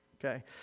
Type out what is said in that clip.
Okay